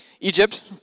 Egypt